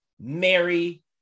Mary